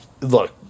Look